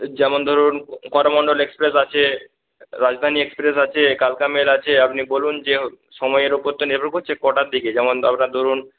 যেমন ধরুন করমণ্ডল এক্সপ্রেস আছে রাজধানী এক্সপ্রেস আছে কালকা মেল আছে আপনি বলুন যে সময়ের উপর তো নির্ভর করছে কটার দিকে যেমন আপনার ধরুন